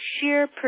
sheer